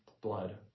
blood